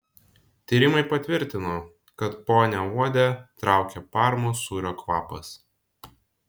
tyrimai patvirtino kad ponią uodę traukia parmos sūrio kvapas